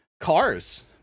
cars